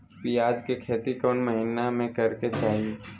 प्याज के खेती कौन महीना में करेके चाही?